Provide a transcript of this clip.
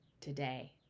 today